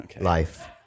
Life